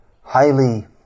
highly